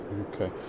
Okay